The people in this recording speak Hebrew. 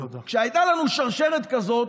כשהייתה לנו שרשרת כזאת,